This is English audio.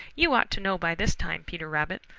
you ought to know by this time peter rabbit,